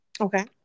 Okay